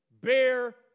bear